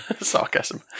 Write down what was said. Sarcasm